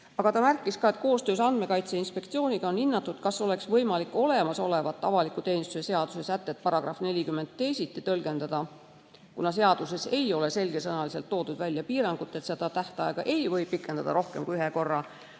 Aga ta märkis ka, et koostöös Andmekaitse Inspektsiooniga on hinnatud, kas oleks võimalik olemasolevat avaliku teenistuse seaduse § 40 teisiti tõlgendada, kuna seaduses ei ole selgesõnaliselt toodud välja piirangut, et seda tähtaega ei või pikendada rohkem kui ühe korra,